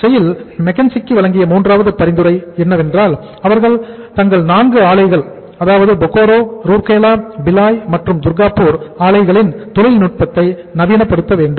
SAIL க்கு McKinsey வேண்டும்